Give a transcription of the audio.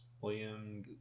William